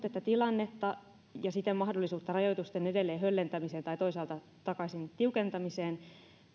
että tilannetta ja siten mahdollisuutta rajoitusten edelleen höllentämiseen tai toisaalta takaisin tiukentamiseen